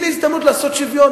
הנה הזדמנות לעשות שוויון.